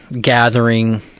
gathering